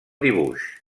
dibuix